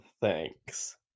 Thanks